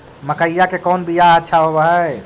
मकईया के कौन बियाह अच्छा होव है?